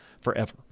forever